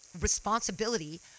responsibility